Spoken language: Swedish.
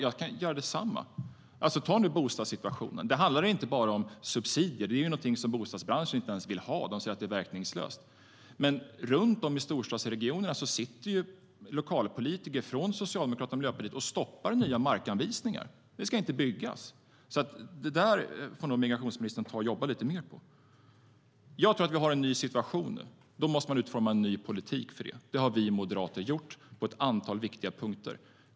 Jag kan göra likadant. Låt oss ta bostadssituationen. Det handlar inte bara om subsidier. Det är något som bostadsbranschen inte ens vill ha. De säger att de är verkningslösa. Runt om i storstadsregionerna sitter lokalpolitiker från Socialdemokraterna och Miljöpartiet och stoppar nya markanvisningar. Det ska inte byggas. Det där får nog migrationsministern ta och jobba lite mer på. Jag tror att vi har en ny situation. Då måste man utforma en ny politik för det. Det har vi moderater gjort på ett antal viktiga punkter.